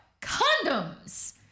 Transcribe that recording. condoms